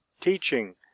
Teaching